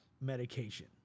medication